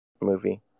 movie